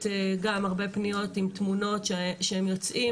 גם הרבה פניות עם תמונות שהם יוצאים,